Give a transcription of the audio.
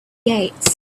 gates